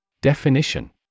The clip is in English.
Definition